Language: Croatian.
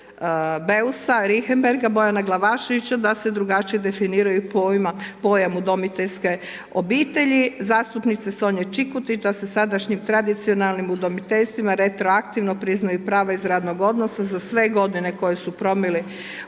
Beusa Richembergha, Bojana Glavaševića da se drugačije definiraju pojam udomiteljske obitelji. Zastupnice Sonje Čikotić da se sadašnjim tradicionalnim udomiteljstvima retroaktivno priznaju prava iz radnog odnosa za sve godine koje su provele